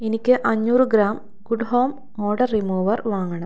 എനിക്ക് അഞ്ഞൂറ് gram good home odour remover വാങ്ങണം